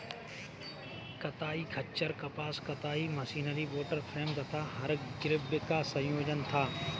कताई खच्चर कपास कताई मशीनरी वॉटर फ्रेम तथा हरग्रीव्स का संयोजन था